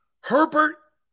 Herbert